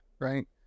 right